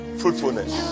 fruitfulness